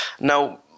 Now